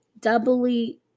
doubly